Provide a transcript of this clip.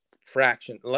fraction